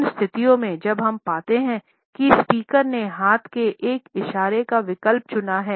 उन स्थितियों में जब हम पाते हैं कि स्पीकर ने हाथ के इस इशारे का विकल्प चुना है